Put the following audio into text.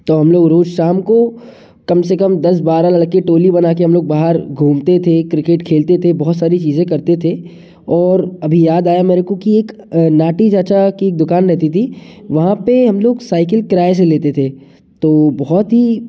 तो हम लोग रोज़ शाम को कम से कम दस बारह लड़के टोली बना के हम लोग बाहर घूमते थे क्रिकेट खेलते थे बहुत सारी चीज़ें करते थे और अभी याद आया मेरे को कि एक नाटी चाचा की एक दुकान रहती थी वहाँ पे हम लोग साइकिल किराए से लेते थे तो बहुत ही